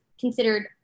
considered